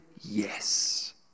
yes